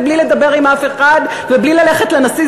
בלי לדבר עם אף אחד ובלי ללכת לנשיא.